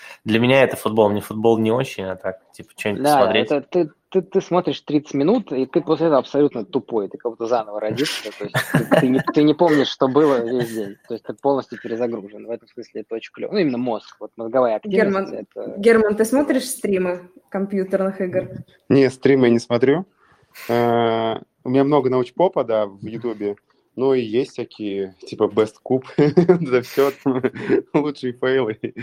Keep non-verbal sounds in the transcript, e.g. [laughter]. Для меня это футбол. Мне футбол не очень, а так, типа, что-нибудь Да, смотреть. это ты- ты- ты смотришь 30 минут, и ты после этого абсолютно тупой, ты как будто заново [laughs] родился. То есть ты- ты не- ты не помнишь, что было весь день. То есть ты полностью перезагружен. В этом смысле это очень клёво. Ну, именно мозг, вот мозговая активность, Герман, это- Герман, ты смотришь стримы компьютерных игр? Не, стримы я не смотрю. Э, у меня много научпопа, да, в Ютубе. Ну, и есть всякие, типа, Best Cube. [laughs] Да всё, [laughs] лучшие фейлы.